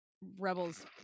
Rebels